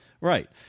Right